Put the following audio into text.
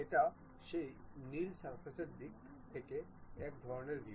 এটা সেই নীল সারফেসের দিক থেকে এক ধরণের ভিউ